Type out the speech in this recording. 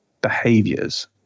behaviors